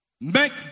make